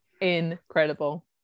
incredible